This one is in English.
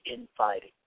infighting